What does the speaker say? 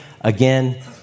Again